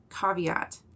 caveat